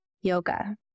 Yoga